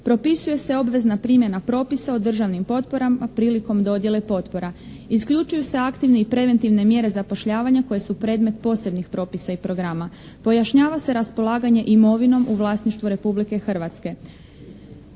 Propisuje se obvezna primjena propisa o državnim potporama prilikom dodjele potpore. Isključuju se aktivne i preventivne mjere zapošljavanja koje su predmet posebnih propisa i programa, pojašnjava se raspolaganje imovinom u vlasništvu Republike Hrvatske.